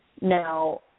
Now